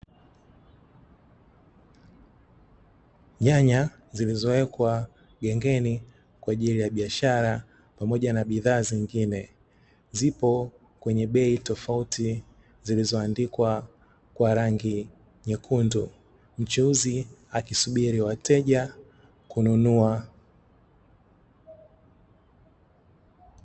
Nyanya zilizowekwa gengeni kwa ajili ya biashara pamoja na bidhaa zingine zipo kwenye bei tofauti, zilizoandikwa kwa rangi nyekundu mchuuzi, akisubiri wateja kununua.